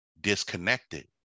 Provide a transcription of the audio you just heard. disconnected